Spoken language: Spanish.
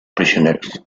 prisioneros